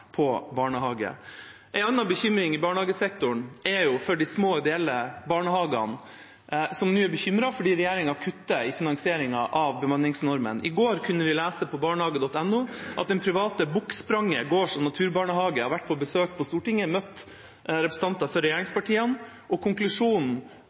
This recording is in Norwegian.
på barnehage. En annen bekymring i barnehagesektoren er for de små ideelle barnehagene, som nå er bekymret fordi regjeringa kutter i finansieringen av bemanningsnormen. I går kunne vi lese på barnehage.no at den private Bukkspranget gårds- og naturbarnehage har vært på besøk på Stortinget og møtt representanter